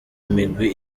imigwi